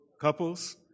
couples